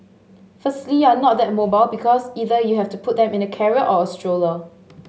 firstly you're not that mobile because either you have to put them in a carrier or a stroller